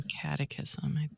catechism